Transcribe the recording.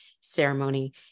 ceremony